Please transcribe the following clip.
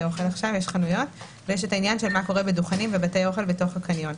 אוכל ויש את העניין של מה קורה בדוכנים ובבתי אוכל בתוך הקניון.